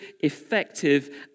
effective